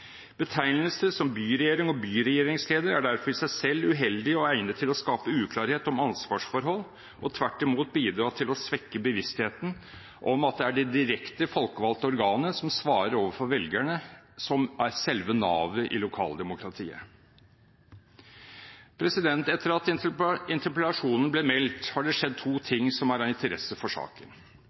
er derfor betegnelser som «byregjering» og «byregjeringsleder» i seg selv uheldige og egnet til å skape uklarhet om ansvarsforhold og tvert imot bidra til å svekke bevisstheten om at det er de direkte folkevalgte organer som svarer overfor velgerne, som er selve navet i lokaldemokratiet. Etter at interpellasjonen ble meldt har det skjedd to ting som er av interesse for saken: